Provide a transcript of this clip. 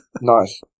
nice